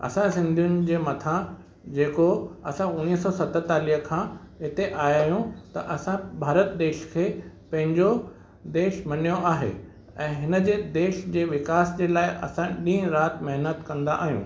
असां सिंधियुनि जे मथा जेको असां उणिवीह सौ सतेतालीह खां हिते आयां आहियूं त असां भारत देश खे पंहिंजो देश मञियो आहे ऐं हिन जे देश जे विकास जे लाइ असां ॾींहुं राति महिनतु कंदा आहियूं